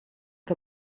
que